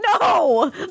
No